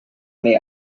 may